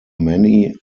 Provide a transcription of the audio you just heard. many